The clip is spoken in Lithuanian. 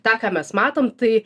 tą ką mes matom tai